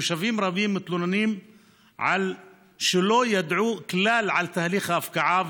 תושבים רבים מתלוננים שלא ידעו כלל על תהליך ההפקעה,